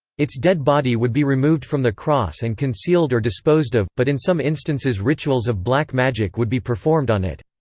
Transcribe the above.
its dead body would be removed from the cross and concealed or disposed of, but in some instances rituals of black magic would be performed on it.